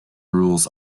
rules